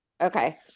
Okay